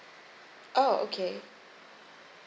oh okay